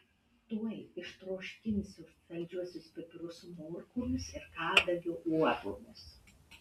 tuoj ištroškinsiu saldžiuosius pipirus su morkomis ir kadagio uogomis